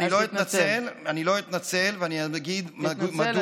אני לא אתנצל, ואני אגיד מדוע.